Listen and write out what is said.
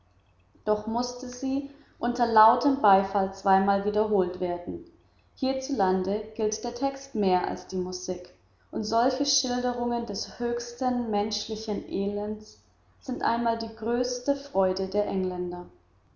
doch mußte sie unter lautem beifall zweimal wiederholt werden hierzulande gilt der text mehr als die musik und solche schilderungen des höchsten menschlichen elends sind einmal die größte freude der engländer